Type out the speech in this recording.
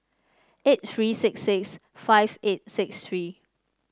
eight tree six six five eight six tree